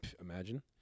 imagine